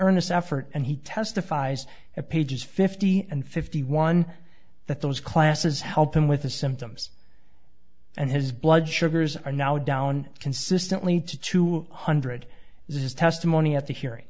earnest effort and he testifies at pages fifty and fifty one that those classes help him with the symptoms and his blood sugars are now down consistently to two hundred hz testimony at the hearing